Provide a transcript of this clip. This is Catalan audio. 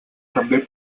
també